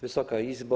Wysoka Izbo!